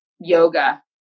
yoga